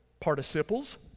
participles